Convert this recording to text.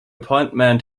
appointment